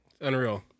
Unreal